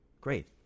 Great